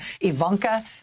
Ivanka